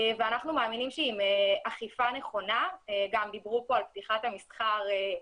אנחנו מאמינים שעם אכיפה נכונה גם דיברו פה על פתיחת המסחר,